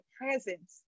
presence